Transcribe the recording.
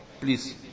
Please